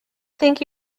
think